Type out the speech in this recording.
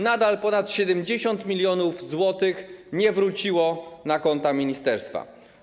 Nadal ponad 70 mln zł nie wróciło na konta ministerstwa.